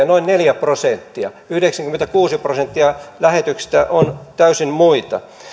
noin neljä prosenttia yhdeksänkymmentäkuusi prosenttia lähetyksistä on täysin muita